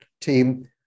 team